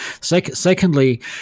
Secondly